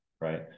right